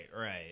right